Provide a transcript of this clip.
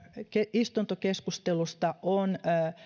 istuntokeskustelusta on